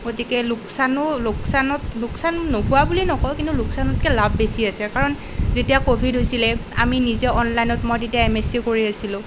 গতিকে লোকচানো লোকচানত লোকচান নোহোৱা বুলি নকওঁ কিন্তু লোকচানতকৈও ভাল বেছি আছে কাৰণ যেতিয়া ক'ভিড হৈছিলে আমি নিজে অনলাইনত মই তেতিয়া এমএছচি কৰি আছিলোঁ